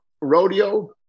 rodeo